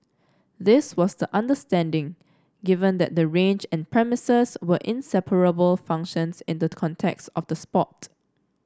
this was the understanding given that the range and the premises were inseparable functions in the context of the sport